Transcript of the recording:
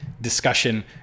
discussion